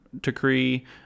decree